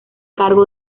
cargo